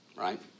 right